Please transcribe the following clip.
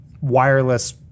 wireless